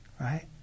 right